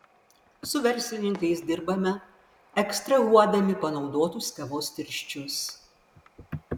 su verslininkais dirbame ekstrahuodami panaudotus kavos tirščius